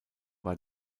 war